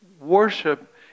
worship